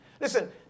Listen